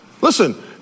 Listen